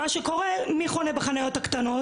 מה שקורה, מי חונה בחניות הקטנות?